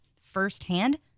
firsthand